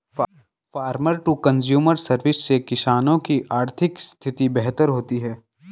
farmer to consumer service से किसानों की आर्थिक स्थिति बेहतर होती है